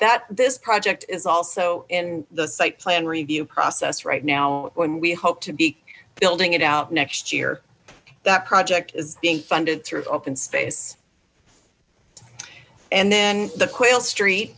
this project is also in the site plan review process right now when we hope to be building it out next year that project is being funded through open space and then the quail street